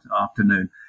afternoon